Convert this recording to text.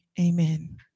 Amen